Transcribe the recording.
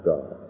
God